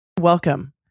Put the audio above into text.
Welcome